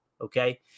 okay